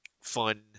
fun